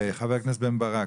חבר הכנסת רם בן ברק,